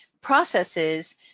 processes